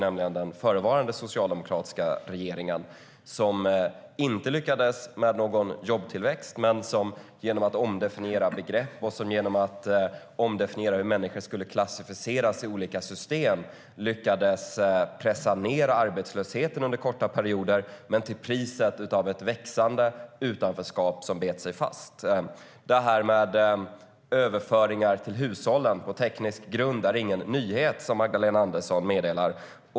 Den förevarande socialdemokratiska regeringen lyckades nämligen inte med någon jobbtillväxt. Men genom att omdefiniera begrepp och hur människor skulle klassificeras i olika system lyckades de pressa ned arbetslösheten under korta perioder, till priset av ett växande utanförskap som bet sig fast. Överföringar till hushållen på teknisk grund är ingen nyhet, vilket Magdalena Andersson meddelar.